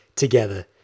together